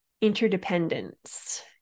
Interdependence